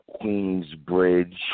Queensbridge